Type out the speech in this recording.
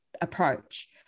approach